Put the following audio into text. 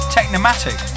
Technomatic